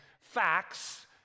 facts